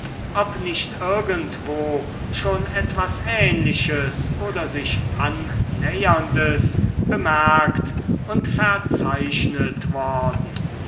ob nicht irgendwo schon etwas ähnliches oder sich annäherndes bemerkt und verzeichnet worden